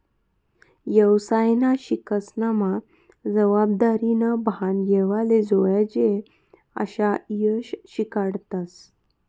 येवसायना शिक्सनमा जबाबदारीनं भान येवाले जोयजे अशा ईषय शिकाडतस